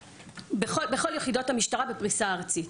בכל יחידות המשטרה בפריסה ארצית.